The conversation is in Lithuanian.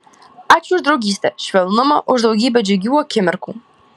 ačiū už draugystę švelnumą už daugybę džiugių akimirkų